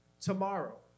tomorrow